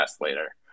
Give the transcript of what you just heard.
later